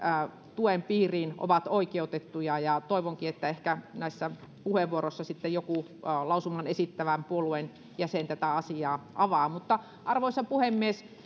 tuen piiriin ovat oikeutettuja toivonkin että ehkä näissä puheenvuoroissa sitten joku lausuman esittävä puolueen jäsen tätä asiaa avaa arvoisa puhemies